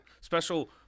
special